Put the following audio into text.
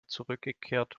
zurückgekehrt